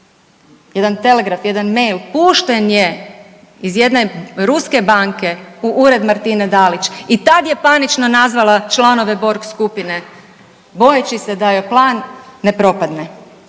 Jedan telegraf, jedan mail pušten je iz jedne ruske banke u ured Martine Dalić i tad je panično nazvala članove Borg skupine bojeći se da joj plan ne propadne.